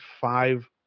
five